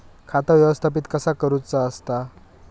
खाता व्यवस्थापित कसा करुचा असता?